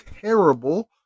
terrible